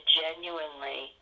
genuinely